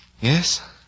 Yes